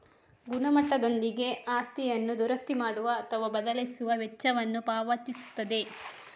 ಗುಣಮಟ್ಟದೊಂದಿಗೆ ಆಸ್ತಿಯನ್ನು ದುರಸ್ತಿ ಮಾಡುವ ಅಥವಾ ಬದಲಿಸುವ ವೆಚ್ಚವನ್ನು ಪಾವತಿಸುತ್ತದೆ